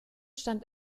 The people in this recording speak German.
stand